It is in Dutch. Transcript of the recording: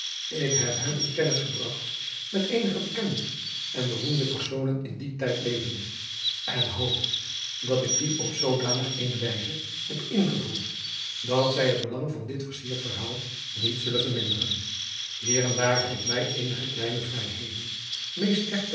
ik heb hem in kennis gebragt met eenige bekende en beroemde personen in dien tijd levende en hoop dat ik die op zoodanig eene wijze heb ingevoerd dat zij het belang van dit versierd verhaal niet zullen verminderen hier en daar heb ik mij eenige kleine vrijheden meest